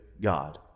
God